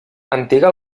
antiga